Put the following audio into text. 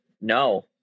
no